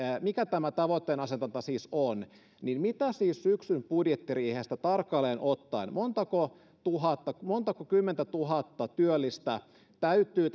mikä tämä tavoitteenasetanta siis on että mitä siis syksyn budjettiriihen päätösten myötä tarkalleen ottaen montako tuhatta montako kymmentä tuhatta työllistä täytyy